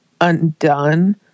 undone